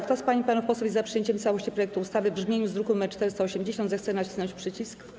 Kto z pań i panów posłów jest za przyjęciem w całości projekt ustawy w brzmieniu z druku nr 480, zechce nacisnąć przycisk.